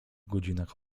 godzinach